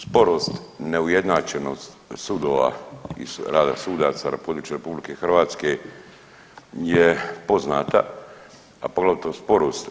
Sporost, neujednačenost sudova i rada sudaca na području RH je poznata, a poglavito sporost.